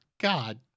god